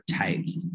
take